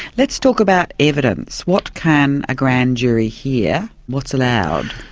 let's talk about evidence what can a grand jury hear, what's allowed?